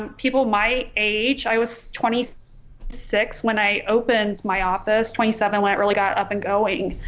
um people my age i was twenty six when i opened my office twenty seven went really got up and going.